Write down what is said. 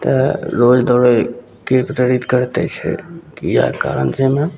तऽ रोज दौड़ैके प्रेरित करिते छै इएह कारणसे ने